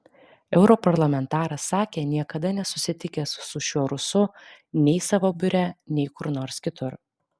europarlamentaras sakė niekada nesusitikęs su šiuo rusu nei savo biure nei kur nors kitur